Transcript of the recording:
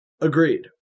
agreed